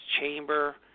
chamber